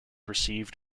received